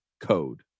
code